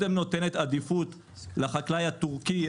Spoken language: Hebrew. נותנת עדיפות לחקלאי הטורקי,